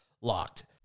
locked